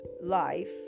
life